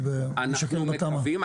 אנחנו מקווים.